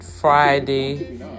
Friday